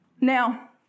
Now